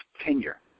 tenure